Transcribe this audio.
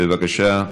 בבקשה,